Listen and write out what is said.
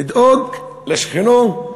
לדאוג לשכנו,